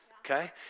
Okay